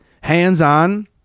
hands-on